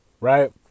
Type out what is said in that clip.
Right